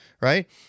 Right